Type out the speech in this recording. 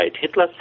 Hitler